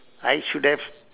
I should have